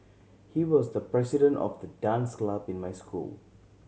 he was the president of the dance club in my school